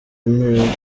emirates